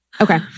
okay